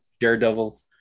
daredevil